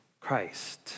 Christ